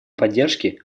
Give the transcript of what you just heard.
поддержке